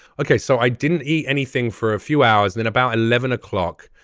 ok. so i didn't eat anything for a few hours then about eleven o'clock.